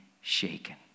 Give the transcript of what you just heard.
shaken